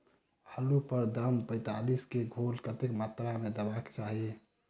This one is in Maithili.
आलु पर एम पैंतालीस केँ घोल कतेक मात्रा मे देबाक चाहि?